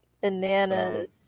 bananas